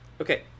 Okay